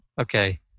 Okay